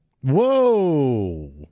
Whoa